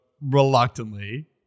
reluctantly